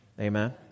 Amen